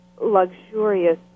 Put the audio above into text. luxurious